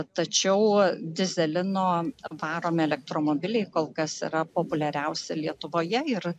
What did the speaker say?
tačiau dyzelino varomi elektromobiliai kol kas yra populiariausia lietuvoje ir